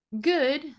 good